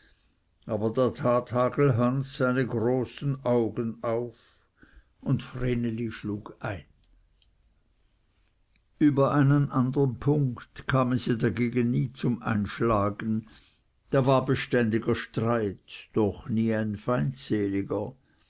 aber da tat hagelhans seine großen augen auf und vreneli schlug ein über einen andern punkt kamen sie dagegen nie zum einschlagen da war beständiger streit doch nie ein feindseliger